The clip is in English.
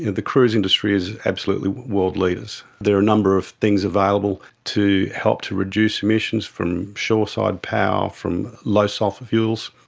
the cruise industry is absolutely world leaders. there are a number of things available to help to reduce emissions from shore-side power to low sulphur fuels.